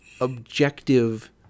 objective